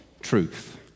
truth